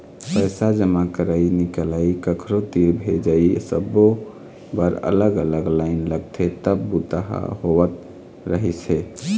पइसा जमा करई, निकलई, कखरो तीर भेजई सब्बो बर अलग अलग लाईन लगथे तब बूता ह होवत रहिस हे